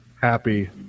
Happy